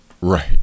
Right